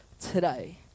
today